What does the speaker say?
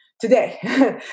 today